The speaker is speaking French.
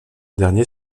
dernier